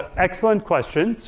excellent question.